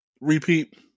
repeat